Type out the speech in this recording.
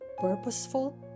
purposeful